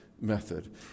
method